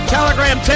Telegram